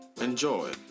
Enjoy